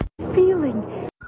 Feeling